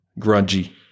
grungy